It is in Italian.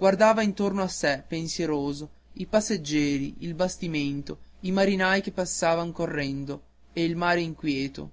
guardava intorno a sé pensieroso i passeggieri il bastimento i marinai che passavan correndo e il mare inquieto